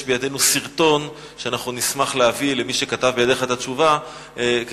יש בידינו סרטון שאנחנו נשמח להביא למי שכתב את התשובה שבידיך,